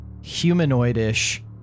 humanoid-ish